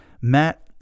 Matt